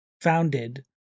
founded